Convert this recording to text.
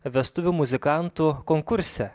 vestuvių muzikantų konkurse